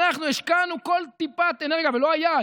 אנחנו השקענו כל טיפת אנרגיה, ולא היה.